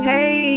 Hey